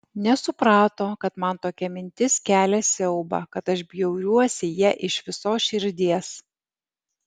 nesuprato kad man tokia mintis kelia siaubą kad aš bjauriuosi ja iš visos širdies